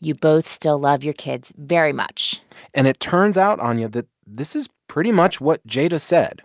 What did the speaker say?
you both still love your kids very much and it turns out, anya, that this is pretty much what jada said